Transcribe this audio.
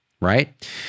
Right